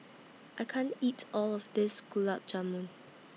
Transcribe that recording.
I can't eat All of This Gulab Jamun